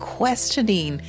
questioning